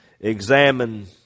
examine